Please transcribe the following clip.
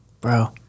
Bro